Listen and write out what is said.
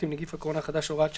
עם נגיף הקורונה החדש (הוראת שעה),